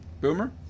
Boomer